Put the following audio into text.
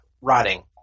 rotting